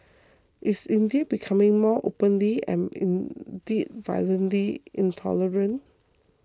is India becoming more openly and indeed violently intolerant